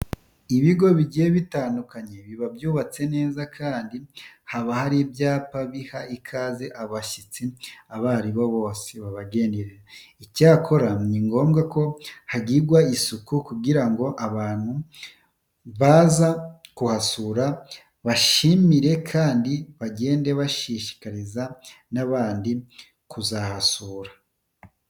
Ibigo bigiye bitandukanye biba byubatse neza kandi haba hari ibyapa biha ikaze abashyitsi abo ari bo bose babagenderera. Icyakora ni ngombwa ko hagirirwa isuku kugira ngo abantu baza kuhasura bahishimire kandi bagende bashishikariza n'abandi kuzahasura.